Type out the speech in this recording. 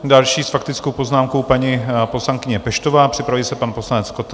Další s faktickou poznámkou paní poslankyně Peštová, připraví se pan poslanec Koten.